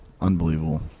Unbelievable